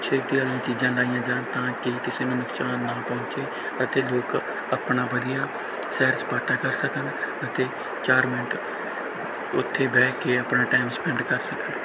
safety ਵਾਲੀਆਂ ਚੀਜ਼ਾਂ ਲਾਈਆਂ ਜਾਣ ਤਾਂ ਕਿ ਕਿਸੇ ਨੂੰ ਨੁਕਸਾਨ ਨਾ ਪਹੁੰਚੇ ਅਤੇ ਲੋਕ ਆਪਣਾ ਵਧੀਆ ਸੈਰ ਸਪਾਟਾ ਕਰ ਸਕਣ ਅਤੇ ਚਾਰ ਮਿੰਟ ਉੱਥੇ ਬਹਿ ਕੇ ਆਪਣਾ ਟਾਈਮ ਸਪੈਂਡ ਕਰ ਸਕਣ